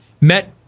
met